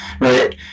right